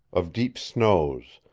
of deep snows,